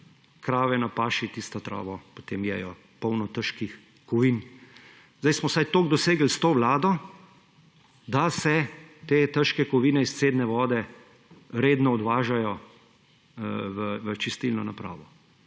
krave na paši tisto travo potem jejo, polno težkih kovin. Zdaj smo vsaj toliko dosegli s to vlado, da se te težke kovine, izcedne vode, redno odvažajo v čistilno napravo.